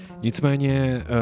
Nicméně